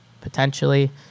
potentially